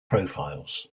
profiles